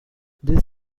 this